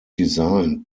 designed